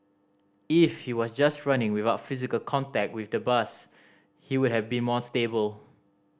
if he was just running without physical contact with the bus he would have been more stable